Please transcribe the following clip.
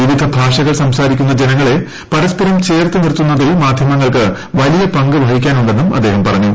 വിവിധ ഭാഷകൾ സംസാരിക്കുന്ന ജനങ്ങളെ പരസ്പരം ചേർത്ത് നിർത്തുന്നതിൽ മാധ്യമങ്ങൾക്ക് വലിയ പങ്ക് വഹിക്കാനു െ ന്ന് അദ്ദേഹം പറഞ്ഞു